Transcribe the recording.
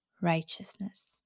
righteousness